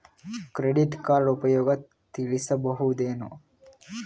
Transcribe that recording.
Credit card ಉಪಯೋಗ ತಿಳಸಬಹುದೇನು?